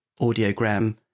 audiogram